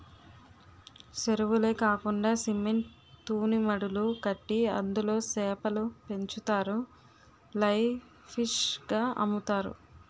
సెరువులే కాకండా సిమెంట్ తూనీమడులు కట్టి అందులో సేపలు పెంచుతారు లైవ్ ఫిష్ గ అమ్ముతారు